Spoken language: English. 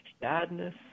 sadness